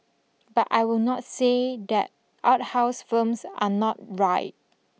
but I will not say that art house films are not right